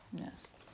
yes